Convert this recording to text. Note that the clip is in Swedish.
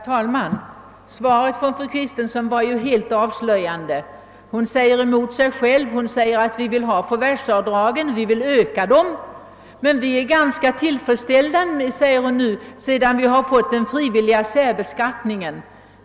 genmäle: Herr talman! Fru Kristenssons svar var helt avslöjande — hon sade emot sig själv. Hon ansåg att förvärvsavdragen skulle finnas kvar och ökas. Men högern vore ganska tillfredsställd, sade hon, sedan vi fått den frivilliga särbeskattningen.